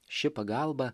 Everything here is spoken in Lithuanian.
ši pagalba